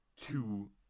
two